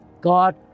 God